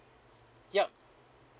yup